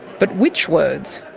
but which words?